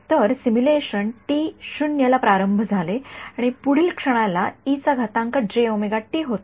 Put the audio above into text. तर simulation T 0 ला प्रारंभ झाले आणि पुढील क्षणाला होते